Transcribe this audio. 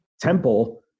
Temple